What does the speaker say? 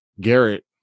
Garrett